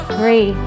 Three